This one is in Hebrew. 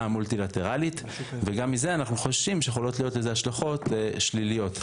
המולטילטרלית וגם מזה אנחנו חוששים שיכולות להיות לזה השלכות שליליות.